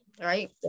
right